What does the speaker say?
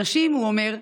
אנשים, הוא אומר,